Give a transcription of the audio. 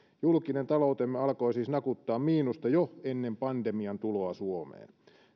julkinen taloutemme alkoi siis nakuttaa miinusta jo ennen pandemian tuloa suomeen